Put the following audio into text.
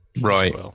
Right